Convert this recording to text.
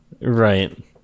right